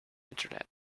internet